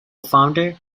founder